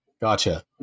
Gotcha